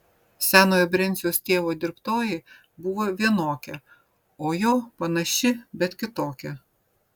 senojo brenciaus tėvo dirbtoji buvo vienokia o jo panaši bet kitokia